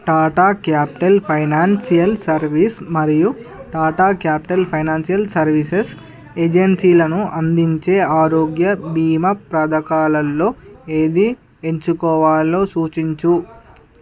Tata Capital Financial Service మరియు Tata Capital Financial Services ఏజన్సీలను అందించే ఆరోగ్య బీమా ప్రథకాలల్లో ఏది ఎంచుకోవాలో సూచించు